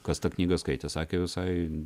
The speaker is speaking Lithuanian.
kas tą knygą skaitė sakė visai